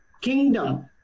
Kingdom